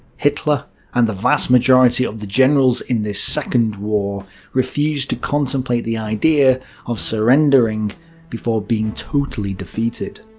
hitler and the vast majority of the generals in this second war refused to contemplate the idea of surrendering before being totally defeated.